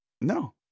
No